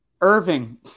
Irving